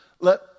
Let